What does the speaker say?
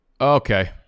Okay